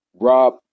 Rob